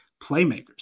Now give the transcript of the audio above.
playmakers